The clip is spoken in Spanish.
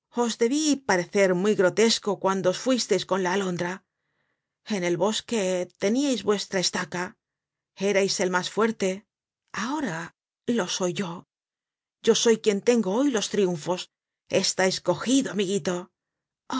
debí parecer muy grotesco cuando os fuisteis con la alondra en el bosque teníais vuestra estaca erais el mas fuerte ahora lo soy yo yo soy quien tengo hoy los triunfos estais cogido amiguilo